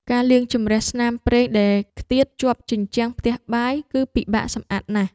ការលាងជម្រះស្នាមប្រេងដែលខ្ទាតជាប់ជញ្ជាំងផ្ទះបាយ គឺពិបាកសម្អាតណាស់។